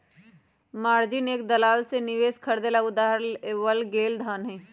margin एक दलाल से निवेश खरीदे ला उधार लेवल गैल धन हई